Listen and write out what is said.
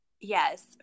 Yes